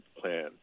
plan